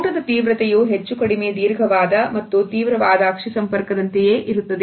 ನೋಟದ ತೀವ್ರತೆಯೂ ಹೆಚ್ಚುಕಡಿಮೆ ದೀರ್ಘವಾದ ಮತ್ತು ತೀವ್ರವಾದ ಅಕ್ಷಿ ಸಂಪರ್ಕ ದಂತೆಯೇ ಇರುತ್ತದೆ